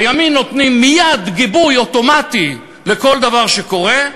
הימין נותנים מייד גיבוי אוטומטי לכל דבר שקורה,